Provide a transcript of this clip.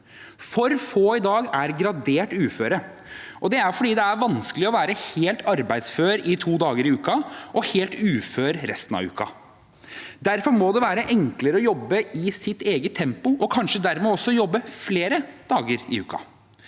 For få i dag er gradert uføre, og det er fordi det er vanskelig å være helt ar beidsfør to dager i uken og helt ufør resten av uken. Derfor må det være enklere å jobbe i sitt eget tempo, og dermed kanskje også jobbe flere dager i uken.